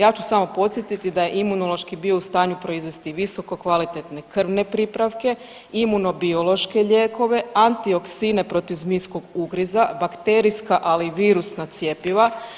Ja ću samo podsjetiti da je Imunološki bio u stanju proizvesti visoko kvalitetne krvne pripravke, imuno biološke lijekove, antioksine protiv zmijskog ugriza, bakterijska ali i virusna cjepiva.